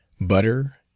butter